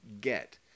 get